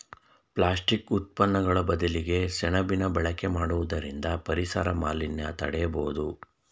plastic ಉತ್ಪನ್ನಗಳು ಬದಲಿಗೆ ಸೆಣಬಿನ ಬಳಕೆ ಮಾಡುವುದರಿಂದ ಪರಿಸರ ಮಾಲಿನ್ಯ ತಡೆಯಬೋದು